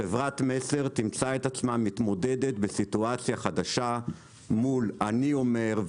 חברת "מסר" תמצא את עצמה מתמודדת בסיטואציה חדשה מול אני אומר,